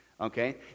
okay